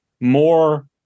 more